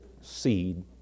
seed